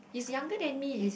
he's younger than me